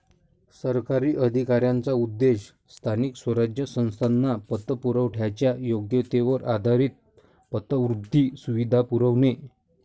सरकारी अधिकाऱ्यांचा उद्देश स्थानिक स्वराज्य संस्थांना पतपुरवठ्याच्या योग्यतेवर आधारित पतवृद्धी सुविधा पुरवणे